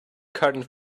current